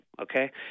okay